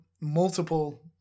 multiple